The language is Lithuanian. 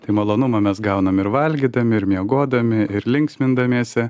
tai malonumą mes gauname ir valgydami ir miegodami ir linksmindamiesi